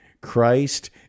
Christ